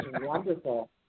wonderful